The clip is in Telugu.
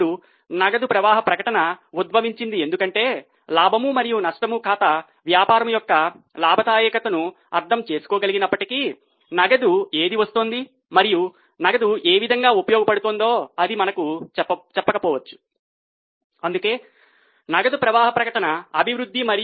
ఇప్పుడు నగదు ప్రవాహ ప్రకటన ఉద్భవించింది ఎందుకంటే లాభం మరియు నష్టం ఖాతా వ్యాపారం యొక్క లాభదాయకతను అర్థం చేసుకోగలిగినప్పటికీ నగదు ఏది వస్తోంది మరియు నగదు ఏ విధంగా ఉపయోగించబడుతుందో అది మనకు చెప్పకపోవచ్చు అందుకే నగదు ప్రవాహ ప్రకటన అభివృద్ధి